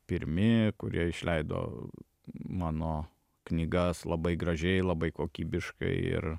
pirmi kurie išleido mano knygas labai gražiai labai kokybiškai ir